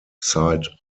side